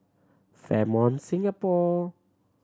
Fairmont Singapore